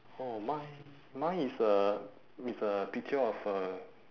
oh mine mine is a is a picture of a